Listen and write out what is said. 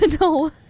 No